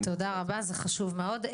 תודה רבה, זה חשוב מאוד.